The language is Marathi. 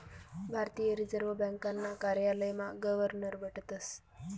भारतीय रिजर्व ब्यांकना कार्यालयमा गवर्नर बठतस